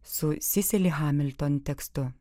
su sisili hamilton tekstu